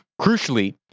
Crucially